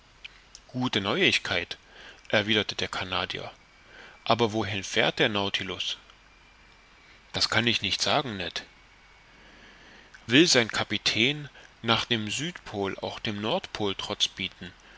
gute neuigkeit erwiderte der canadier aber wohin fährt der nautilus das kann ich nicht sagen ned will sein kapitän nach dem südpol auch dem nordpol trotz bieten